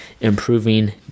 improving